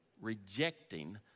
rejecting